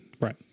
Right